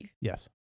Yes